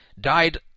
died